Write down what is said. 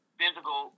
physical